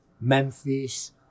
Memphis